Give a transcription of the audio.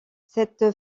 cette